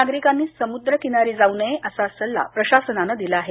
नागरिकांनी समुद्र किनारी जाऊ नये असा सल्ला प्रशासनाने दिला आहे